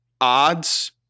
odds